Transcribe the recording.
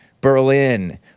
Berlin